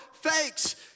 fakes